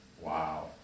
Wow